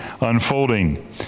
unfolding